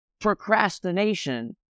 procrastination